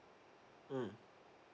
mm